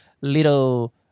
little